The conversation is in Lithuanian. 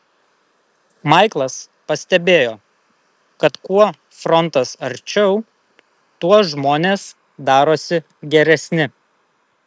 maiklas pastebėjo kad kuo frontas arčiau tuo žmonės darosi geresni